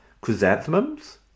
chrysanthemums